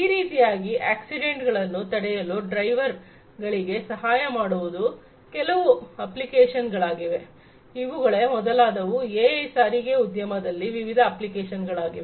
ಈ ರೀತಿಯಾಗಿ ಆಕ್ಸಿಡೆಂಟ್ ಗಳನ್ನು ತಡೆಯಲು ಡ್ರೈವರ್ ಗಳಿಗೆ ಸಹಾಯ ಮಾಡುವುದು ಕೆಲವು ಅಪ್ಲಿಕೇಶನ್ ಗಳಾಗಿವೆ ಇವುಗಳೇ ಮೊದಲಾದವು ಎಐನ ಸಾರಿಗೆ ಉದ್ಯಮದಲ್ಲಿ ವಿವಿಧ ಅಪ್ಲಿಕೇಶನ್ ಗಳಾಗಿವೆ